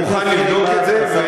אני מוכן לבדוק את זה.